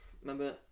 Remember